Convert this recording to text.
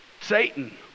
Satan